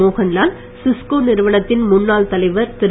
Mohanlal Cisco நிறுவனத்தின் முன்னாள் தலைவர் திரு